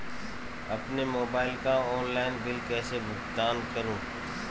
अपने मोबाइल का online bill कैसे भुगतान करूं?